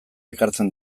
ekartzen